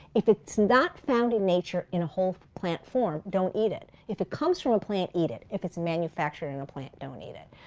if it's not found in nature in whole plant form don't eat it. if it comes from a plant, eat it. if it's a manufacturing plant, don't eat it.